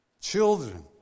Children